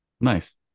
nice